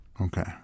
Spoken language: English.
Okay